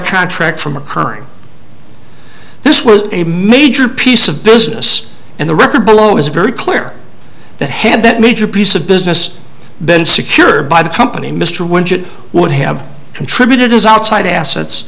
contract from occurring this was a major piece of business and the record below is very clear that had that major piece of business been secured by the company mr winch it would have contributed as outside assets